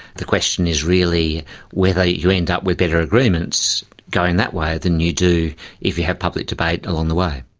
the question is really whether ah you end up with better agreements going that way than you do if you have public debate along the way.